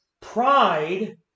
Pride